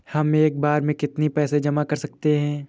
हम एक बार में कितनी पैसे जमा कर सकते हैं?